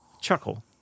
chuckle